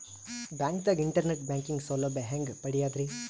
ಬ್ಯಾಂಕ್ದಾಗ internet banking ಸೌಲಭ್ಯ ಹೆಂಗ್ ಪಡಿಯದ್ರಿ?